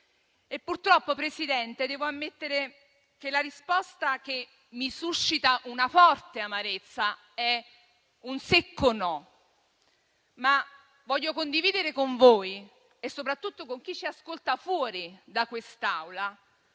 Purtroppo, signor Presidente, devo ammettere che la risposta che mi suscita una forte amarezza è un secco no. Vorrei però condividere con voi, e soprattutto con chi ci ascolta fuori da quest'Aula,